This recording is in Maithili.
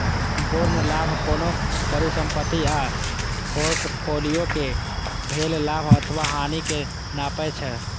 संपूर्ण लाभ कोनो परिसंपत्ति आ फोर्टफोलियो कें भेल लाभ अथवा हानि कें नापै छै